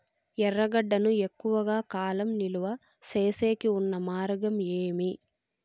ఎర్రగడ్డ ను ఎక్కువగా కాలం నిలువ సేసేకి ఉన్న మార్గం ఏమి?